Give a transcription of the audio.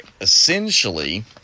essentially